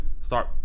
start